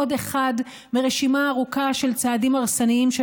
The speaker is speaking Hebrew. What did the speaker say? עוד אחד מרשימה ארוכה של צעדים הרסניים של